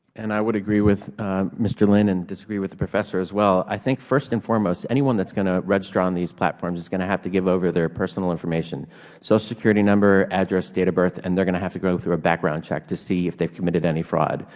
and i would agree with mr. lynn and disagree with the professor as well. i think first and foremost anyone that's going to register on these platforms is going to have to give over their personal information social so security number, address, date of birth, and they're going to have go through a background check to see if they've committed any fraud.